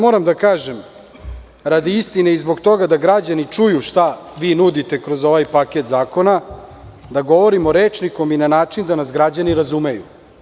Moram da kažem radi istine i zbog toga da građani čuju šta nudite kroz ovaj paket zakona, da govorim rečnikom i na način da nas građani razumeju.